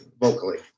vocally